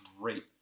great